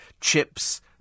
chips